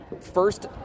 first